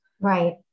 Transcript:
Right